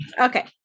Okay